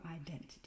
identity